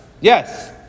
Yes